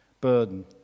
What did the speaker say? burden